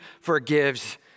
forgives